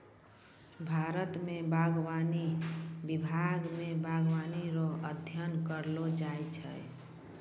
भारत मे बागवानी विभाग मे बागवानी रो अध्ययन करैलो जाय छै